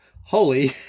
holy